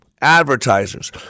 advertisers